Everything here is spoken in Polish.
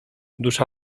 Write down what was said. dusza